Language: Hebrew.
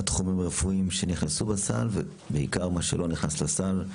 התחומים הרפואיים שנכנסו לסל ובעיקר מה שלא נכנס לסל,